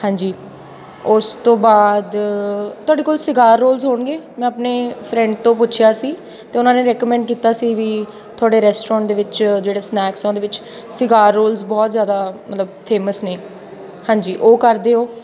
ਹਾਂਜੀ ਉਸ ਤੋਂ ਬਾਅਦ ਤੁਹਾਡੇ ਕੋਲ ਸਿਗਾਰ ਰੋਲਜ਼ ਹੋਣਗੇ ਮੈਂ ਆਪਣੇ ਫਰੈਂਡ ਤੋਂ ਪੁੱਛਿਆ ਸੀ ਅਤੇ ਉਹਨਾਂ ਨੇ ਰਿਕੇਮੈਂਡ ਕੀਤਾ ਸੀ ਵੀ ਤੁਹਾਡੇ ਰੈਸਟੋਰੈਂਟ ਦੇ ਵਿੱਚ ਜਿਹੜੇ ਸਨੈਕਸ ਆ ਉਹਦੇ ਵਿੱਚ ਸਿਗਾਰ ਰੋਲਜ਼ ਬਹੁਤ ਜ਼ਿਆਦਾ ਮਤਲਬ ਫੇਮਸ ਨੇ ਹਾਂਜੀ ਉਹ ਕਰ ਦਿਉ